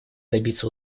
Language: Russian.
добиться